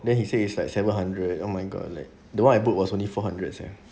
then he say it's like seven hundred oh my god like the one the I bought was only four hundred sia